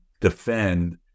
defend